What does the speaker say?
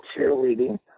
cheerleading